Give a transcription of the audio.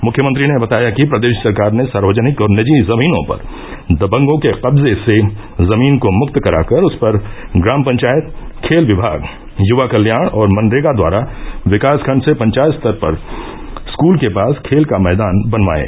मुख्यमंत्री ने बताया कि प्रदेश सरकार ने सार्वजनिक और निजी जमीनों पर दबंगों के कब्जे से जमीन को मुक्त करा कर उस पर ग्राम पंचायत खेल विभाग युवा कल्याण और मनरेगा द्वारा विकास खण्ड से पंचायत स्तर पर स्कूल के पास खेल का मैदान बनवाये